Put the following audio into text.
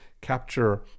capture